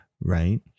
right